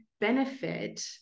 benefit